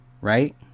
Right